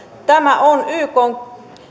tämä on ykn